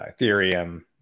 Ethereum